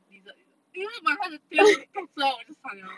lizard !eww! but 它的 tail shoot 出来我就跑 liao